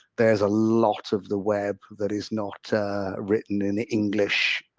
there is a lot of the web that is not written in the english.